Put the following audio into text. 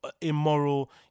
immoral